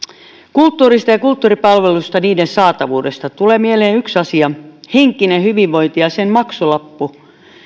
kulttuurista ja kulttuuripalveluista ja niiden saatavuudesta tulee mieleen yksi asia henkinen hyvinvointi ja sen maksulappu